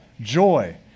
joy